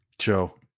Joe